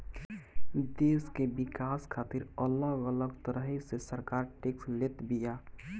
देस के विकास खातिर अलग अलग तरही से सरकार टेक्स लेत बिया